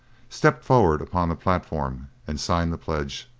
stepped forward upon the platform and signed the pledge.